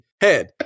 head